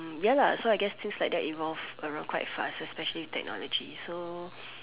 ya lah so I guess things like that evolve quite fast especially technology so